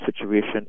situation